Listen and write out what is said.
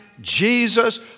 Jesus